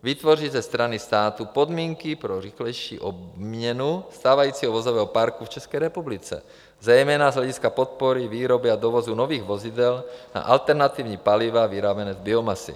vytvořit ze strany státu podmínky pro rychlejší obměnu stávajícího vozového parku v České republice, zejména z hlediska podpory výroby a dovozu nových vozidel na alternativní paliva vyráběná z biomasy;